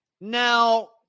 Now